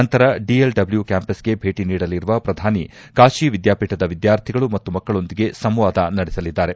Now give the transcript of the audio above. ನಂತರ ಡಿಎಲ್ಡಬ್ಲ್ನೂ ಕ್ವಾಂಪಸ್ಗೆ ಭೇಟ ನೀಡಲಿರುವ ಪ್ರಧಾನಿ ಕಾಶಿ ವಿದ್ಯಾಪೀಠದ ವಿದ್ಯಾರ್ಥಿಗಳು ಮತ್ತು ಮಕ್ಕಳೊಂದಿಗೆ ಸಂವಾದ ನಡೆಸಲಿದ್ದಾರೆ